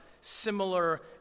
similar